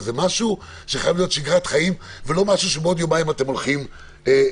זה חייב להיות שגרת חיים ולא משהו שעוד יומיים אתם הולכים אחורה.